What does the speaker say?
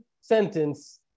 sentence